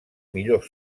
millor